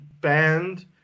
band